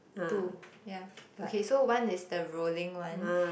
two yeah okay so one is the rolling one